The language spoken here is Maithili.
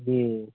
जी